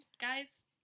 Guys